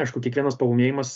aišku kiekvienas paūmėjimas